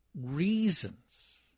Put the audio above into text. reasons